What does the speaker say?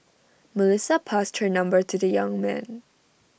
Melissa passed her number to the young man